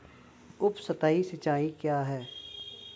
उपसतही सिंचाई क्या है?